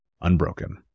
unbroken